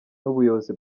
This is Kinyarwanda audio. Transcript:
n’ubuyobozi